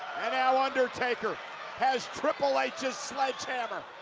and now undertaker has triple h's sledgehammer,